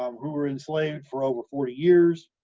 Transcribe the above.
um who were enslaved for over forty years,